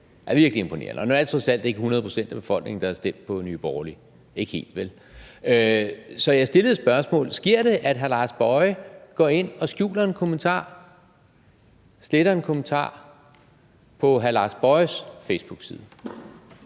Det er virkelig imponerende. Nu er det trods alt ikke 100 pct. af befolkningen, der har stemt på Nye Borgerlige – ikke helt, vel? Så jeg stillede et spørgsmål: Sker det, at hr. Lars Boje Mathiesen går ind og skjuler eller sletter en kommentar på sin facebookside?